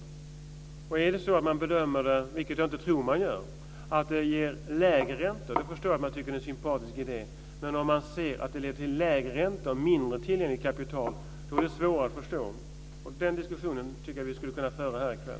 Om man bedömer det så att den ger lägre räntor, vilket jag inte tror att man gör, förstår jag att man tycker att det är en sympatisk idé. Men om man ser att den leder till högre räntor och mindre tillgängligt kapital är det svårare att förstå. Den diskussionen tycker jag att vi skulle kunna föra här i kväll.